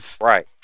Right